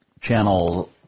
channel